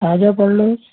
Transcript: తాజా పళ్ళు